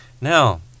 now